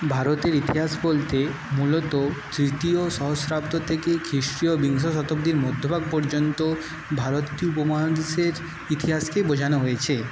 ভারতের ইতিহাস বলতে মূলত তৃতীয় সহস্রাব্দ থেকে খ্রিস্টীয় বিংশ শতাব্দীর মধ্যভাগ পর্যন্ত ভারতটি উপমহাদেশের ইতিহাসকে বোঝানো হয়েছে